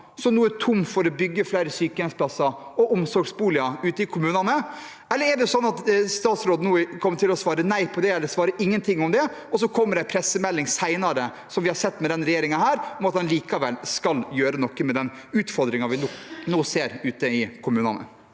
som nå er tom, for å bygge flere sykehjemsplasser og omsorgsboliger ute i kommunene? Eller er det slik at statsråden nå kommer til å svare nei på det, eller ikke svare noe på det – og så kommer det en pressemelding senere, som vi har sett med denne regjeringen, om at man likevel skal gjøre noe med den utfordringen vi nå ser ute i kommunene?